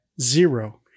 Zero